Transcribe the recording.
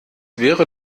wäre